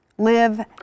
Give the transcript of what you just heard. live